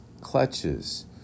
clutches